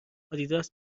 آدیداس